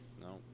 No